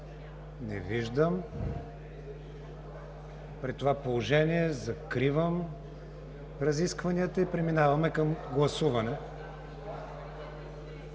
Не виждам. При това положение закривам разискванията и преминаваме към гласуване.